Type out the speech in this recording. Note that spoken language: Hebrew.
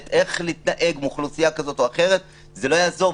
איך להתנהג עם אוכלוסייה כזאת או אחרת זה לא יעזור,